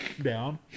down